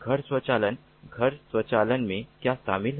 घर स्वचालन घर स्वचालन में क्या शामिल है